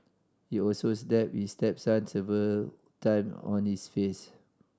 he also stepped his stepson several time on his face